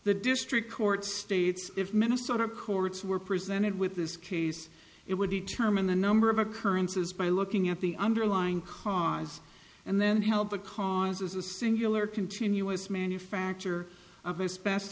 the district court states if minnesota courts were presented with this case it would determine the number of occurrences by looking at the underlying cause and then help the cause a singular continuous manufacture of as